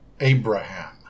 Abraham